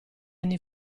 anni